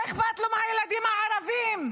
לא אכפת לו מהילדים הערבים,